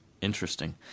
interesting